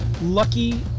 Lucky